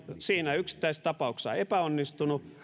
siinä yksittäisessä tapauksessa epäonnistuneet